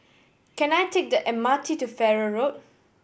can I take the M R T to Farrer Road